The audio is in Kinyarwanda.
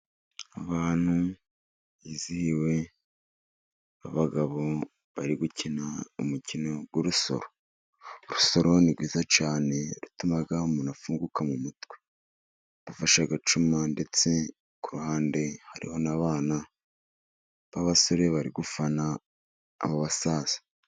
Abantu bizihiwe b'abagabo bari gukina umukino w'igisoro. Urusoro ni rwiza cyane rutuma umuntu afunguka mu mutwe. Bafashe agacuma ndetse kuhande, hariho n'abana b'abasore bari gufana abo basaza.